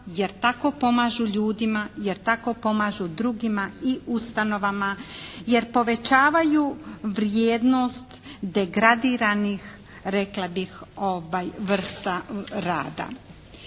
jer tako pomažu ljudima, jer tako pomažu drugima i ustanovama, jer povećavaju vrijednost degradiranih rekla bih vrsta rada.